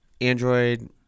Android